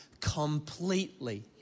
completely